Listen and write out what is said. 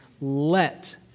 let